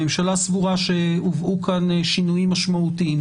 הממשלה סבורה שהובאו כאן שינויים משמעותיים,